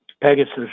Pegasus